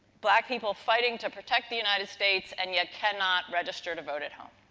black people fighting to protect the united states and yet cannot register to vote at home.